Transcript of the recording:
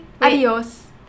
adios